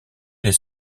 les